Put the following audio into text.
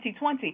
2020